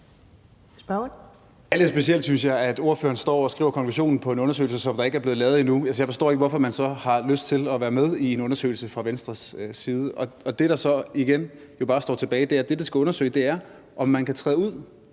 Det er lidt specielt, synes jeg, at ordføreren står og skriver konklusionen på en undersøgelse, som ikke er blevet lavet nu. Jeg forstår ikke, hvorfor man så har lyst til at være med i en undersøgelse fra Venstres side. Det, der så igen bare står tilbage, er, at det, der skal undersøges, er, om man kan træde ud